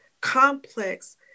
complex